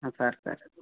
ହଁ sir sir